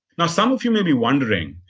now, some of you may be wondering,